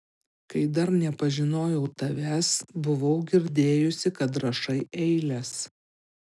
kai dar nepažinojau tavęs buvau girdėjusi kad rašai eiles